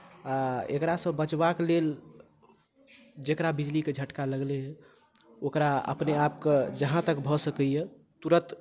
आ एकरासँ बचबाक लेल जकरा बिजलीके झटका लगलै ओकरा अपने आपके जहाँ तक भऽ सकैए तुरन्त